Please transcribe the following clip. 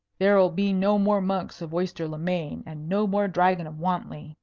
there'll be no more monks of oyster-le-main, and no more dragon of wantley.